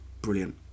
Brilliant